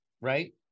right